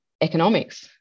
economics